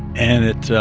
and it